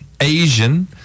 Asian